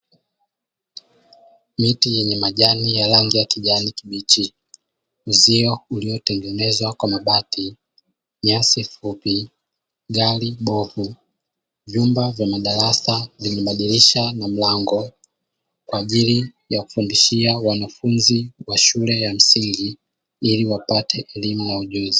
Miti yenye majani ya rangi ya kijani kibichi, uzio ulio tengenezwa kwa mabati, nyasi fupi gari bovu, vyumba vya madarasa vyenye madirisha na mlango kwa ajili ya kufundishia wanafunzi wa shule ya msingi, ili wapate elimu na ujuzi.